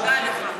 תודה לך.